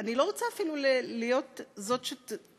שאני לא רוצה אפילו להיות זאת שתוסיף